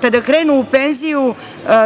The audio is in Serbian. kada krenu u penziju,